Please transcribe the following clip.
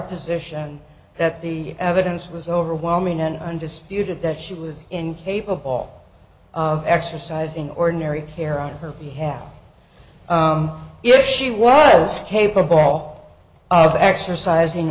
position that the evidence was overwhelming and undisputed that she was incapable of exercising ordinary care of her behalf if she was capable of exercising